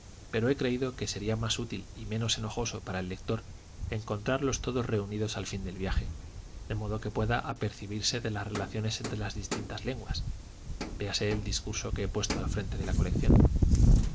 pero he creído que sería más útil y menos enojoso para el lector encontrarlos todos reunidos al fin del viaje de modo que pueda apercibirse de las relaciones entre las diferentes lenguas véase el discurso que he puesto al frente de la colección